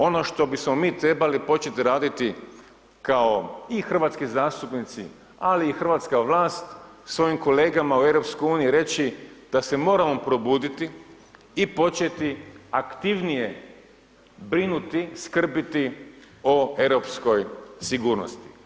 Ono što bismo mi trebali početi raditi kao i hrvatski zastupnici, ali i hrvatska vlast, svojim kolegama u EU reći da se moramo probuditi i početi aktivnije brinuti, skrbiti o europskoj sigurnosti.